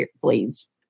please